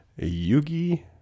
Yugi